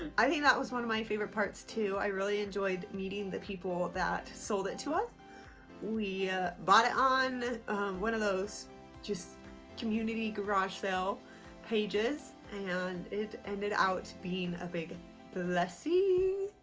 i think that was one of my favorite parts too. i really enjoyed meeting the people that sold it to us we bought it on one of those just community garage sale pages and it ended out being a big blessing.